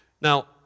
Now